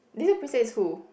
little princess is who